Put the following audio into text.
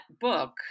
book